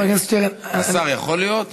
השר, יכול להיות?